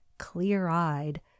clear-eyed